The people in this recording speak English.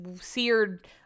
seared